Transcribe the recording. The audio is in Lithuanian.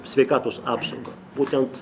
sveikatos apsauga būtent